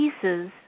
pieces